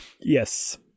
Yes